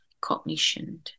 cognition